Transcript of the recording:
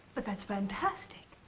but that's fantastic.